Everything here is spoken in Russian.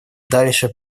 дальше